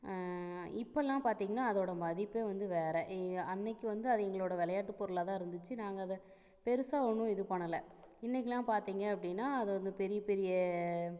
இப்போல்லாம் பார்த்தீங்கன்னா அதோடய மதிப்பு வந்து வேறு அன்றைக்கி வந்து அது எங்களோடய விளையாட்டு பொருளாக தான் இருந்துச்சு நாங்கள் அது பெருசாக ஒன்றும் இது பண்ணலை இன்றைக்கிலாம் பார்த்தீங்க அப்படின்னா அது வந்து பெரிய பெரிய